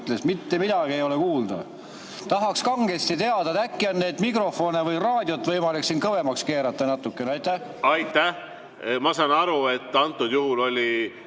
mitte midagi ei ole kuulda. Aga tahaks kangesti teada. Äkki on neid mikrofone või raadiot võimalik kõvemaks keerata natukene? Aitäh! Ma saan aru, et Õnne Pillakul oli